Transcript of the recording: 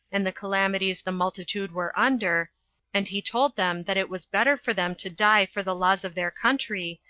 and the calamities the multitude were under and he told them that it was better for them to die for the laws of their country,